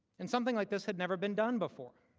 and something like this had never been done before.